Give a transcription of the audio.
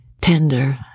tender